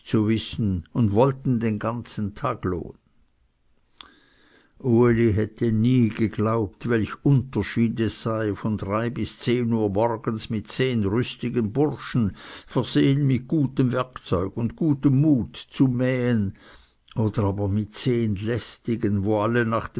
wissen und wollten den ganzen taglohn uli hätte es nie geglaubt welch unterschied es sei von drei bis zehn uhr morgens mit zehn rüstigen burschen versehen mit gutem werkzeug und gutem mut zu mähen oder aber mit zehn lässigen wo alle nach